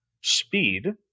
speed